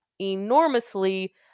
enormously